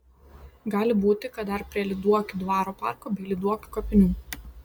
gali būti kad dar prie lyduokių dvaro parko bei lyduokių kapinių